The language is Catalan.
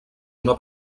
una